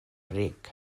ric